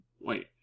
Wait